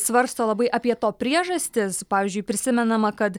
svarsto labai apie to priežastis pavyzdžiui prisimenama kad